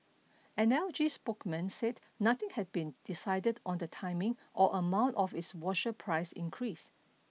an L G spokesman said nothing had been decided on the timing or amount of its washer price increase